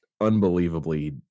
unbelievably